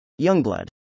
Youngblood